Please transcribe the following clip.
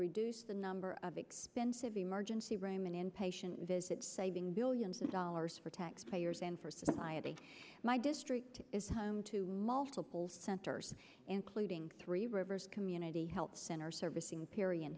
reduce the number of expensive emergency room and inpatient visits saving billions of dollars for taxpayers and for society my district is home to multiple centers including three rivers community health centers servicing piri